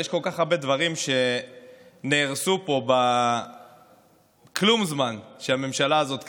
ויש כל כך הרבה דברים שנהרסו פה בכלום זמן שהממשלה הזאת קיימת,